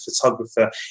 photographer